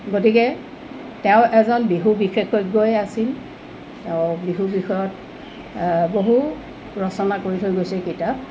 গতিকে তেওঁ এজন বিহু বিশেষজ্ঞই আছিল তেওঁ বিহুৰ বিষয়ত বহু ৰচনা কৰি থৈ গৈছে কিতাপ